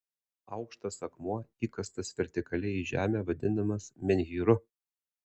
aukštas akmuo įkastas vertikaliai į žemę vadinamas menhyru